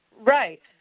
right